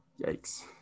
Yikes